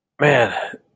man